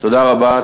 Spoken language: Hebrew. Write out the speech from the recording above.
תודה רבה.